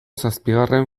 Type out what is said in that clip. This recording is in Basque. zazpigarren